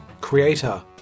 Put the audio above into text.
creator